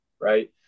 Right